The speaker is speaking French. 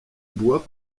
bois